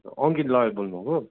अङ्कित लयर बोल्नु भएको